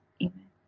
Amen